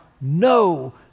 no